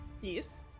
Yes